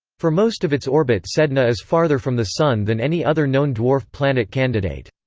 for most of its orbit sedna is farther from the sun than any other known dwarf planet candidate.